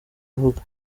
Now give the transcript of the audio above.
avuga